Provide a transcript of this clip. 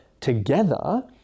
together